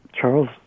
Charles –